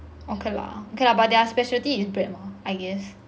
okay lah okay lah but their specialty is bread lor I guess